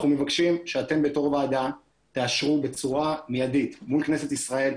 אנחנו מבקשים שאתם בתור ועדה תאשרו בצורה מיידית מול כנסת ישראל,